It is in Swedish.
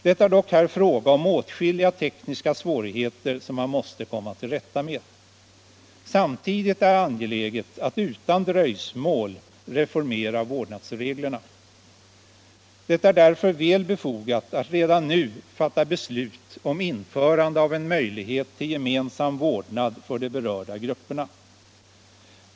Det är dock här fråga om åtskilliga tekniska svårigheter som man måste komma till rätta med. Samtidigt är det angeläget att utan dröjsmål reformera vårdnadsreglerna. Det är därför väl befogat att redan nu fatta beslut om införande av en möjlighet till gemensam vårdnad för de berörda grupperna.